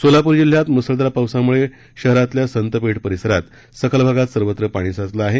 सोलापूर जिल्ह्यात मुसळधार पावसामुळे शहरातील संत पेठ परिसरासह सखल भागात सर्वत्र पाणी साचले आहे